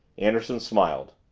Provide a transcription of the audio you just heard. anderson smiled.